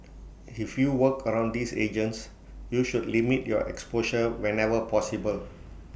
if you work around these agents you should limit your exposure whenever possible